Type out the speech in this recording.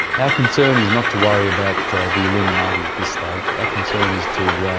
our concern is not to worry about the illuminati at this stage, our concern is to